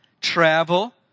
travel